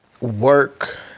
Work